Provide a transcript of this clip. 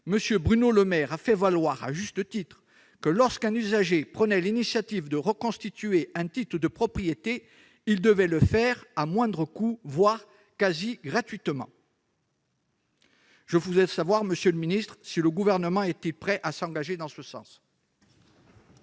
propriété, Bruno Le Maire a fait valoir à juste titre que lorsqu'un usager prenait l'initiative de reconstituer un titre de propriété, il devait le faire à moindre coût, voire quasi gratuitement. Monsieur le secrétaire d'État, le Gouvernement est-il prêt à s'engager en ce sens